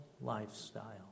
lifestyle